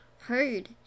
heard